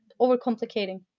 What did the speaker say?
overcomplicating